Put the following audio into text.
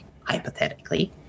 hypothetically